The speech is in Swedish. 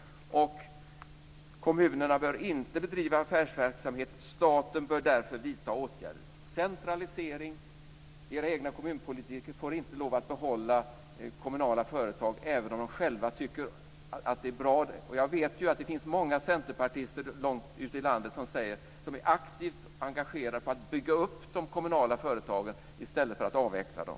"Kommunerna bör inte bedriva affärsverksamhet." "Staten bör därför vidta åtgärder -." Centralisering. Era egna kommunpolitiker får inte lov att behålla kommunala företag även om de själva tycker att det är bra. Jag vet ju att det finns många centerpartister långt ute i landet som är aktivt engagerade i att bygga upp de kommunala företagen i stället för att avveckla dem.